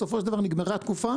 בסופו של דבר נגמרה התקופה,